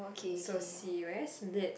so serious did